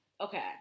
Okay